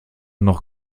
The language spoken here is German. noch